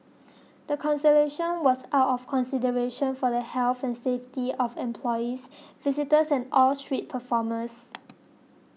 the cancellation was out of consideration for the health and safety of employees visitors and all street performers